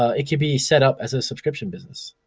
ah it could be set up as a subscription business.